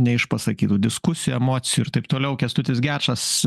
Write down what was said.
neišpasakytų diskusijų emocijų ir taip toliau kęstutis gečas